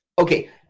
okay